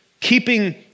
Keeping